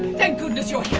thank goodness you're here!